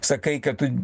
sakai kad tu